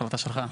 ההחלטה שלך.